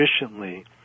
efficiently